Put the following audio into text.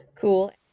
Cool